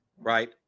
right